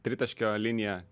tritaškio linija